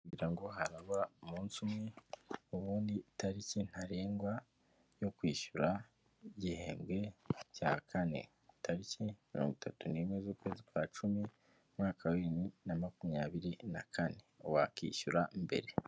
Haraba umunsi umwe ubundi itariki ntarengwa yo kwishyura igihembwe cya kane, tariki mirongo itatu n'imwe z'ukwezi kwa cumi, umwaka wa bibiri na makumyabiri na kane, wakwishyura mbere.